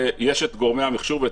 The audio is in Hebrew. ויש את גורמי המחשוב,